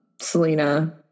Selena